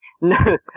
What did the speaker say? No